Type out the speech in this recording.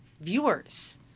viewers